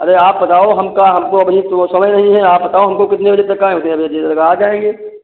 अरे आप बताओ हमका हमको अबहीं तो समय नहीं है आप बताओ हमको कितने बजे तक आएँ उतने बजे तक आ जाएँगे